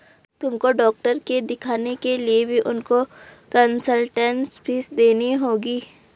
तुमको डॉक्टर के दिखाने के लिए भी उनको कंसलटेन्स फीस देनी होगी